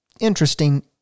interesting